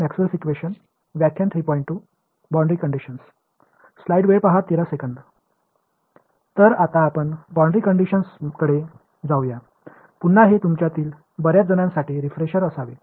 எனவே இப்போது boundary conditions களுக்கு செல்லலாம் இது உங்களில் பெரும்பாலோருக்கு புத்துணர்ச்சியாக இருக்க வேண்டும்